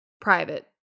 private